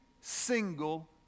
single